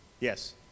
Yes